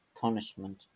punishment